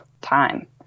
time